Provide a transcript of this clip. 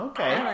Okay